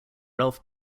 ralph